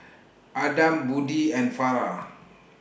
Adam Budi and Farah